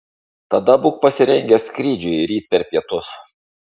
tada būk pasirengęs skrydžiui ryt per pietus